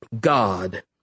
God